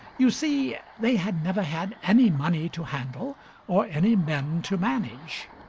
you see they had never had any money to handle or any men to manage.